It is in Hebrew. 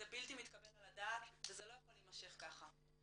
זה בלתי מתקבל על הדעת וזה לא יכול להימשך ככה.